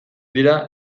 dira